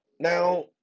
Now